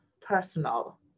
personal